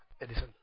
Edison